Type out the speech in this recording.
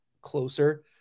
closer